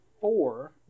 four